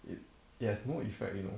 it it has no effect you know